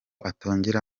atongera